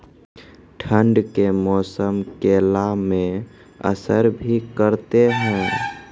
ठंड के मौसम केला मैं असर भी करते हैं?